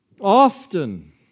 Often